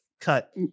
cut